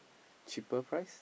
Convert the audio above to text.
cheaper price